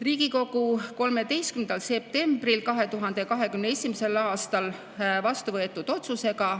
Riigikogu 13. septembril 2021. aastal vastuvõetud otsusega